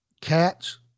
cats